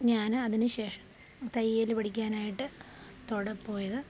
ഞാന് അതിനുശേഷം തയ്യല് പഠിക്കാനായിട്ട് തുട പോയത്